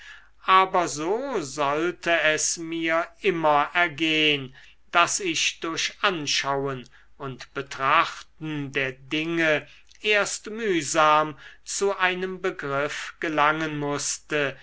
aber so sollte es mir immer ergehn daß ich durch anschauen und betrachten der dinge erst mühsam zu einem begriff gelangen mußte